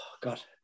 God